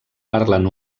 parlen